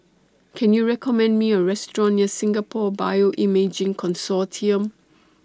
Can YOU recommend Me A Restaurant near Singapore Bioimaging Consortium